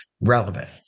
relevant